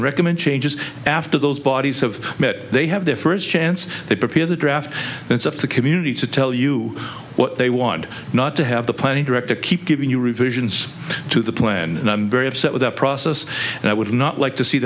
recommend changes after those bodies have met they have their first chance they prepare the draft and it's up to the community to tell you what they want not to have the planning director keep giving you revisions to the plan and i'm very upset with the process and i would not like to see